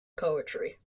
poetry